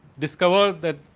discover that